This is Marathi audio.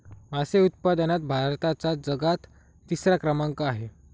मासे उत्पादनात भारताचा जगात तिसरा क्रमांक आहे